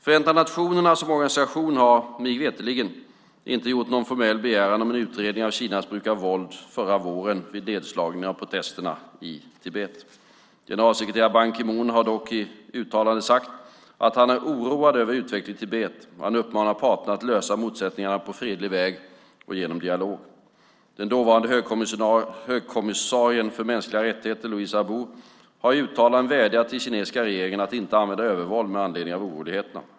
Förenta nationerna som organisation har, mig veterligen, inte gjort någon formell begäran om en utredning av Kinas bruk av våld förra våren vid nedslagningen av protesterna i Tibet. Generalsekretare Ban Ki Moon har dock i ett uttalande sagt att han är oroad över utvecklingen i Tibet. Han uppmanar parterna att lösa motsättningarna på fredlig väg och genom dialog. Den dåvarande högkommissarien för mänskliga rättigheter, Louise Arbour, har i uttalanden vädjat till kinesiska regeringen att inte använda övervåld med anledning av oroligheterna.